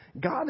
God